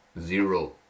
Zero